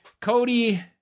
Cody